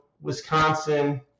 Wisconsin